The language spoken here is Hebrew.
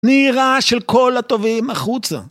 נהירה של כל הטובים החוצה.